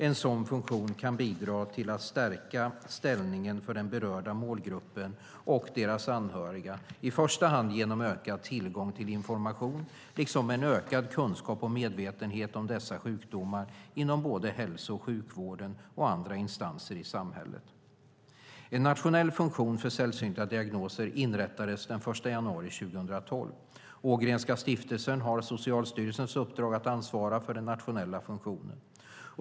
En sådan funktion kan bidra till att stärka ställningen för den berörda målgruppen och deras anhöriga, i första hand genom ökad tillgång till information liksom en ökad kunskap och medvetenhet om dessa sjukdomar inom både hälso och sjukvård och andra instanser i samhället. En nationell funktion för sällsynta diagnoser inrättades den 1 januari 2012. Ågrenska stiftelsen har Socialstyrelsens uppdrag att ansvara för den nationella funktionen.